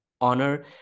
honor